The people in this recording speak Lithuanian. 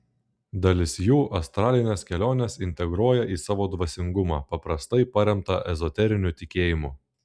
dalis jų astralines keliones integruoja į savo dvasingumą paprastai paremtą ezoteriniu tikėjimu